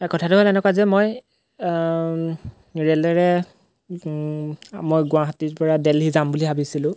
কথাটো হ'ল এনেকুৱা যে মই ৰেলৱেৰে মই গুৱাহাটীৰপৰা দেলহি যাম বুলি ভাবিছিলোঁ